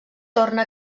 torna